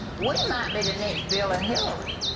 we might be the next bill and hillary.